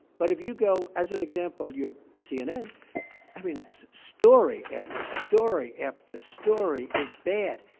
but if you go as an example, you're cnn i mean, it's story after story after story is bad.